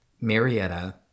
Marietta